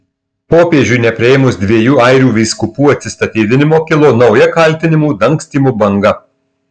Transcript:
popiežiui nepriėmus dviejų airių vyskupų atsistatydinimo kilo nauja kaltinimų dangstymu banga